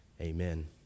Amen